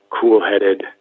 cool-headed